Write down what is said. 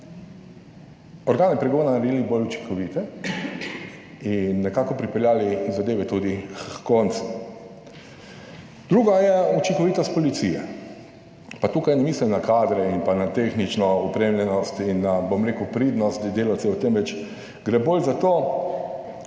organe pregona naredili bolj učinkovite in nekako pripeljali zadeve tudi h koncu. Drugo je učinkovitost policije, pa tukaj ne mislim na kadre in pa na tehnično opremljenost in na, bom rekel, pridnost delavcev, temveč gre bolj za to,